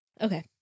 Okay